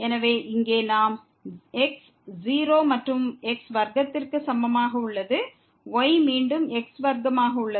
எனவே இங்கே x 0 மற்றும் x வர்க்கத்திற்கு சமமாக உள்ளது y மீண்டும் x வர்க்கமாக உள்ளது